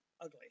ugly